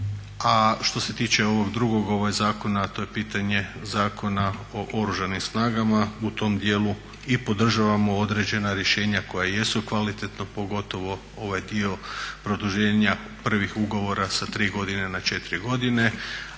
što se tiče ovog drugog zakona to je pitanje Zakona o Oružanim snagama, u tom dijelu i podržavamo određena rješenja koja jesu kvalitetno pogotovo ovaj dio produženja prvih ugovora sa 3 godine na 4 godine.